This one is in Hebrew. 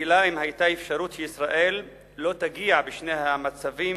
לשאלה אם היתה אפשרות שישראל לא תגיע בשני המצבים